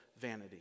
vanity